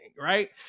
Right